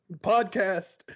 podcast